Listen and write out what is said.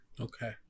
Okay